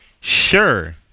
Sure